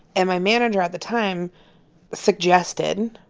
and my manager at the time suggested